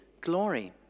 glory